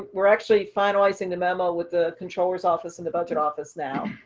we're actually finalizing the memo with the controller's office and the budget office now,